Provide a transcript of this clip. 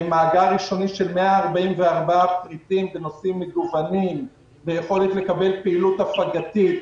מאגר ראשוני של 144 פריטים בנושאים מגוונים ויכולת לקבל פעילות הפגתית,